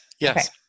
yes